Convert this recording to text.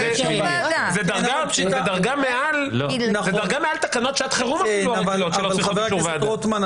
זו דרגה מעל תקנות שעת חירום אפילו --- אבל חבר הכנסת רוטמן,